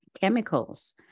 chemicals